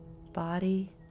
body